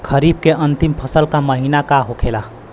खरीफ के अंतिम फसल का महीना का होखेला?